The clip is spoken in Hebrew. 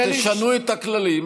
תשנו את הכללים,